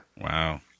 Wow